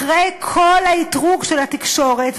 אחרי כל האִתרוג של התקשורת,